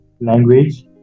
language